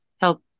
help